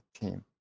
team